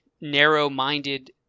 narrow-minded